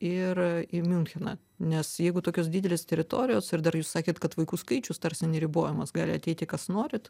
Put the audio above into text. ir į miuncheną nes jeigu tokios didelės teritorijos ir dar jūs sakėt kad vaikų skaičius tarsi neribojamas gali ateiti kas norit